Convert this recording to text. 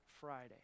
Friday